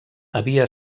havia